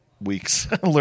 weeks